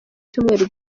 cyumweru